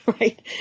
right